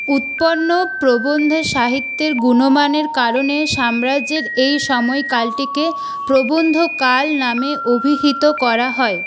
উৎপন্ন প্রবন্ধ সাহিত্যের গুণমানের কারণে সাম্রাজ্যের এই সময়কালটিকে প্রবন্ধ কাল নামে অভিহিত করা হয়